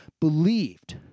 believed